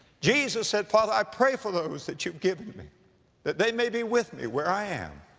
jesus said, father, i pray for those that you've given me me that they may be with me where i am,